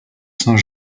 saint